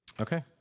Okay